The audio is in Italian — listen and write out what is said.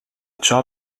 ciò